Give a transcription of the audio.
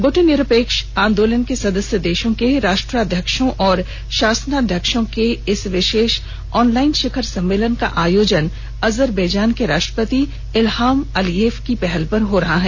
गुटनिरपेक्ष आंदोलन के सदस्य देशों के राष्ट्रध्यक्षों और शासनाध्यक्षों के इस विशेष ऑनलाइन शिखर सम्मेलन का आयोजन अजरबेजान के राष्ट्रपति इलहाम अलीयेफ की पहल पर हो रहा है